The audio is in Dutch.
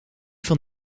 van